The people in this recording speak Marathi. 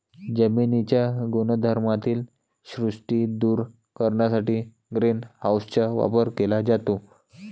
जमिनीच्या गुणधर्मातील त्रुटी दूर करण्यासाठी ग्रीन हाऊसचा वापर केला जातो